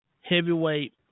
heavyweight